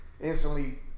instantly